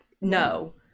no